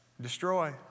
destroy